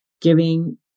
giving